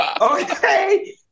okay